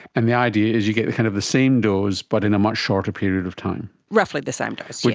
and the idea is you get kind of the same dose but in a much shorter period of time. roughly the same dose, yeah